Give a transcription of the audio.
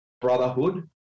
brotherhood